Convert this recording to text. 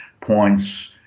points